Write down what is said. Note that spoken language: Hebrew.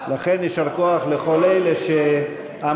לכן יישר כוח לכל אלה שעמלו,